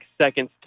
seconds